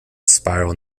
spiral